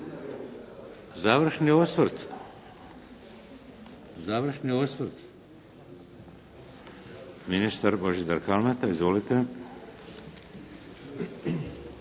Završni osvrt. Završni osvrt. Ministar Božidar Kalmeta. Izvolite.